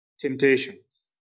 temptations